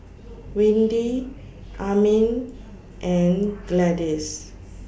Windy Amin and Gladyce